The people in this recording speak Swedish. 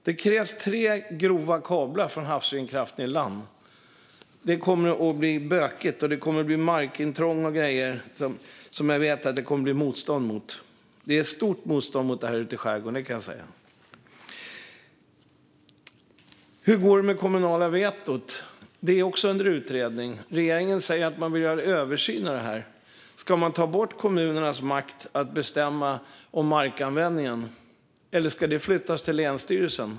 Det krävs tre grova kablar för att föra havsvindkraften i land. Det kommer att bli bökigt. Det kommer att bli markintrång och grejer, vilket jag vet att det kommer att bli motstånd mot. Det finns ett stort motstånd mot detta ute i skärgården, kan jag säga. Hur går det med det kommunala vetot? Det är också under utredning. Regeringen säger att man vill göra en översyn av detta. Ska man ta bort kommunernas makt att bestämma över markanvändningen, eller ska det flyttas till länsstyrelserna?